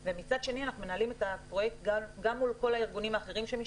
2. אנחנו מנהלים את הפרויקט גם מול כל הארגונים האחרים שמשתתפים,